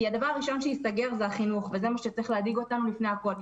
כי הדבר הראשון שייסגר זה החינוך וזה מה שצריך להדאיג אותנו לפני הכול,